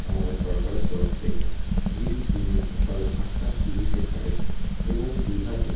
আমাদের সরকারের তরফ থেকে যেটি দিনে সকাল আটটা তিরিশে ছাড়ে এবং দীঘাতে